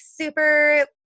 super